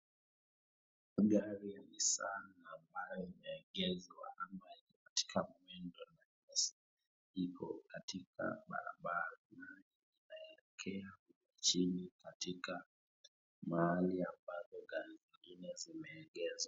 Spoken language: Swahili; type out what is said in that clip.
Gari nissan ambayo imeegezwa ama iko katika mwendo sasa iko katika barabara nayo inaelekea chini ambapo gari zingine zimeegezwa.